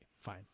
fine